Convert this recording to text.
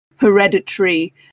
Hereditary